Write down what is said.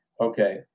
okay